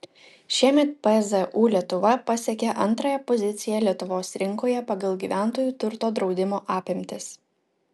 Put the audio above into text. šiemet pzu lietuva pasiekė antrąją poziciją lietuvos rinkoje pagal gyventojų turto draudimo apimtis